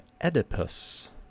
Oedipus